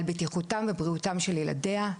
על בטיחותם ובריאותם של ילדיה,